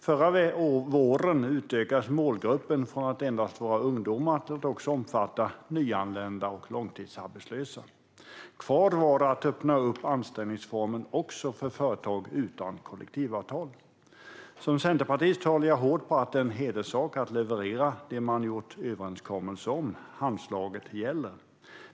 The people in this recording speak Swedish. Förra våren utökades målgruppen från att endast vara ungdomar till att också omfatta nyanlända och långtidsarbetslösa. Kvar var att öppna anställningsformen också för företag utan kollektivavtal. Som centerpartist håller jag hårt på att det är en hederssak att leverera det man har gjort en överenskommelse om - handslaget gäller.